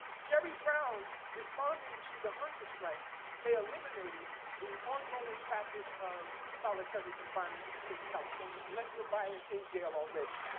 jerry brown responding to the hunger strikes they eliminated the ongoing practice of solitary confinement in the state of california unless you are violent in jail already.